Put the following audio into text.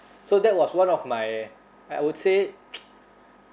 so that was one of my I I would say